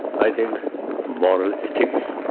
i think moral ethics,